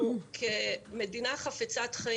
אנחנו מדברים על חקלאות משפחתית.